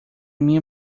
minha